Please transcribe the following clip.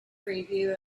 review